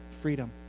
freedom